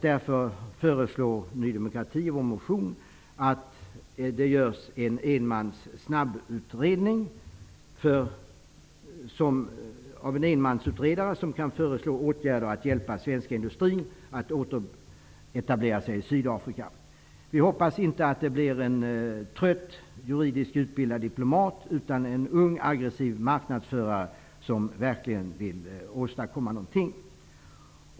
Därför förslår vi i Ny demokrati i vår motion att det görs en snabbutredning av en enmansutredare som kan föreslå åtgärder för att hjälpa den svenska industrin att återetablera sig i Sydafrika. Vi hoppas att utredaren inte blir en trött juridiskt utbildad diplomat utan en ung aggressiv marknadsförare som verkligen vill åstadkomma något.